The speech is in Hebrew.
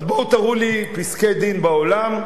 אז בואו תראו לי פסקי-דין בעולם,